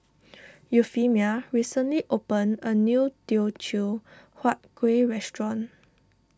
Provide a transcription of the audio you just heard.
Euphemia recently opened a new Teochew Huat Kueh restaurant